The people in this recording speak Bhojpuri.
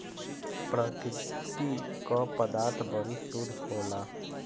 प्रकृति क पदार्थ बड़ी शुद्ध होला